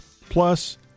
Plus